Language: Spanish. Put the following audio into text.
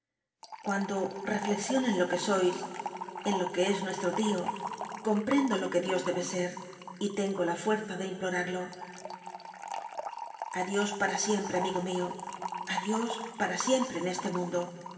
cuando reflexiono en lo que sois en lo que es nuestro l io comprendo lo que dios debe ser y tengo la fuerza de implomrlo adios para siempre amigo mio adios para siempre en este mundo